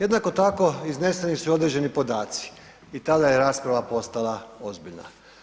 Jednako tako izneseni su i određeni podaci i tada je rasprava postala ozbiljna.